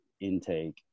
intake